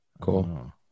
Cool